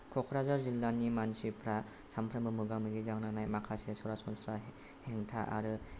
क'क्राझार जिल्लानि मानसिफ्रा सामफ्रोमबो मोगा मोगि जानांनाय माखासे रासनस्रा हेंथा आरो